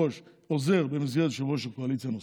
עוזר נוסף במסגרת יושבת-ראש הקואליציה,